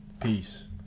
Peace